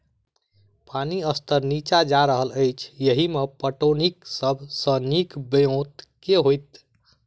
पानि स्तर नीचा जा रहल अछि, एहिमे पटौनीक सब सऽ नीक ब्योंत केँ होइत?